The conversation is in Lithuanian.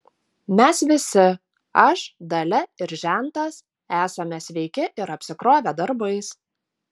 mes visi aš dalia ir žentas esame sveiki ir apsikrovę darbais